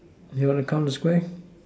you want to count the Square